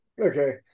Okay